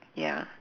ya